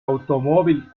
automóvil